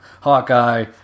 Hawkeye